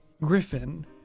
griffin